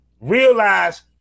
realize